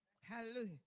Hallelujah